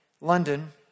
London